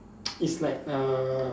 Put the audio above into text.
it's like err